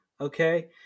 okay